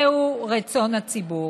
זהו רצון הציבור.